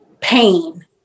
pain